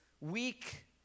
weak